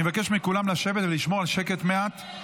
אני מבקש מכולם לשבת ולשמור על שקט מעט.